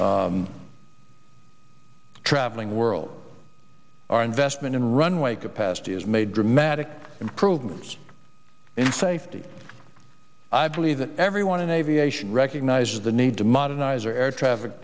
traveling world our investment in runway capacity has made dramatic improvements in safety i believe that everyone in aviation recognizes the need to modernize our air